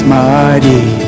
mighty